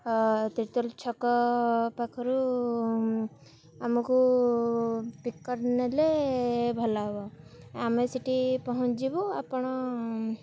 ତିର୍ତଲ ଛକ ପାଖରୁ ଆମକୁ ପିକ୍ କରି ନେଲେ ଭଲ ହବ ଆମେ ସେଠି ପହଞ୍ଚିଯିବୁ ଆପଣ